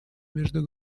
между